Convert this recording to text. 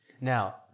Now